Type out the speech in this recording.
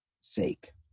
sake